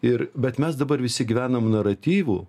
ir bet mes dabar visi gyvenam naratyvu